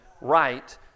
right